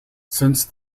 since